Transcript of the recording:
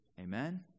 amen